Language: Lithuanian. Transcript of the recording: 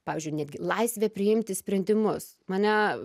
pavyzdžiui netgi laisvė priimti sprendimus mane